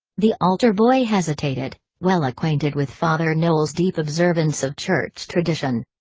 the altar boy hesitated, well acquainted with father knowles' deep observance of church tradition.